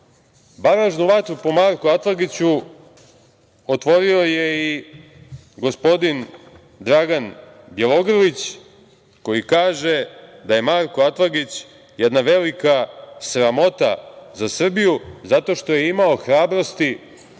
Sablić. Baražnu vatru po Marku Atlagiću otvorio je i gospodin Dragan Bjelogrlić, koji kaže da je Marko Atlagić jedna velika sramota za Srbiju zato što je imao hrabrosti